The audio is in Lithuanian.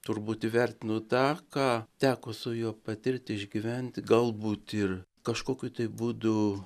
turbūt įvertinu tą ką teko su juo patirti išgyventi galbūt ir kažkokiu būdu